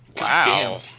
Wow